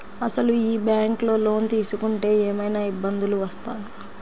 అసలు ఈ బ్యాంక్లో లోన్ తీసుకుంటే ఏమయినా ఇబ్బందులు వస్తాయా?